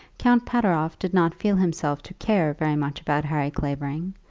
count pateroff did not feel himself to care very much about harry clavering,